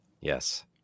Yes